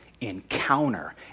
encounter